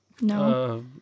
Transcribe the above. No